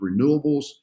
renewables